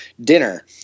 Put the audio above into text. dinner